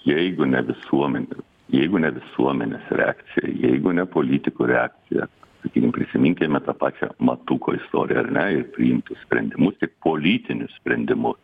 jeigu ne visuomenė jeigu ne visuomenės reakcija jeigu ne politikų reakcija sakykim prisiminkime tą pačią matuko istoriją ar ne ir priimtus sprendimus tik politinius sprendimus